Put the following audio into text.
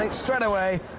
and straightaway,